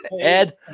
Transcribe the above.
Ed